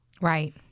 Right